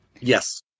Yes